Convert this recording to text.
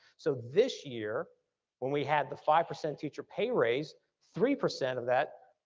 so this year when we had the five percent teacher pay raise, three percent of that